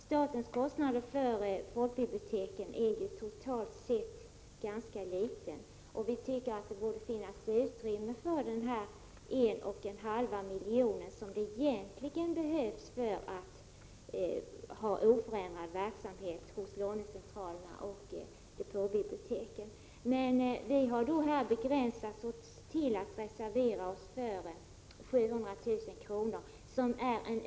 Statens kostnader för folkbiblioteken är totalt sett ganska små, och vi tycker att det borde finnas utrymme att ge de 1,5 milj.kr. som behövs för en oförändrad verksamhet hos lånecentralerna och depåbiblioteken. Vi har dock begränsat oss till att föreslå att 700 000 kr.